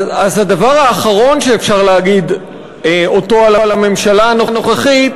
אז הדבר האחרון שאפשר להגיד על הממשלה הנוכחית